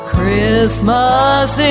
Christmas